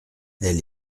elle